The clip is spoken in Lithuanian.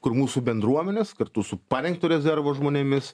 kur mūsų bendruomenės kartu su parengto rezervo žmonėmis